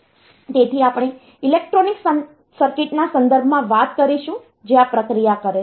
તેથી આપણે ઇલેક્ટ્રોનિક સર્કિટના સંદર્ભમાં વાત કરીશું જે આ પ્રક્રિયા કરે છે